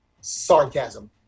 sarcasm